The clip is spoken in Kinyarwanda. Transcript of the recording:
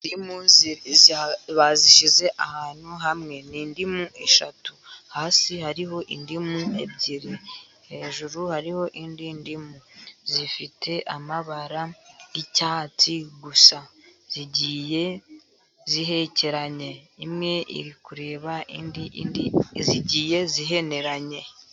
Indimu bazishyize ahantu hamwe, ni indimu eshatu, hasi hariho indimu ebyiri, hejuru hariho indi ndimu, zifite amabara y’icyatsi gusa, zigiye zihekeranye, imwe iri kureba indi, zigiye ziheneranye.